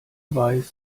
weiß